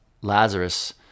Lazarus